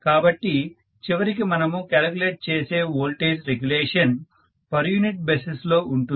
కాబట్టి చివరికి మనము క్యాలిక్యులేట్ చేసే voltage regulation per unit basis లో ఉంటుంది